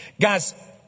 Guys